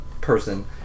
person